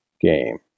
game